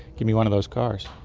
give me one of those cars.